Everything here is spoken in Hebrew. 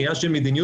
כעניין של מדיניות,